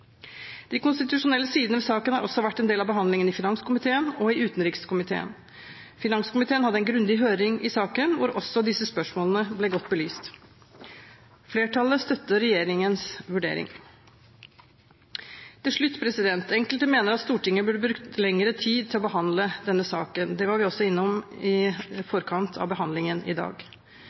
De konstitusjonelle sidene ved denne saken har også vært en del av behandlingen i finanskomiteen og i utenrikskomiteen. Finanskomiteen hadde en grundig høring i saken, hvor også disse spørsmålene ble godt belyst. Flertallet støtter regjeringens vurdering. Til slutt: Enkelte mener at Stortinget burde brukt lengre tid på å behandle denne saken. Det var vi også innom i forkant av behandlingen i dag.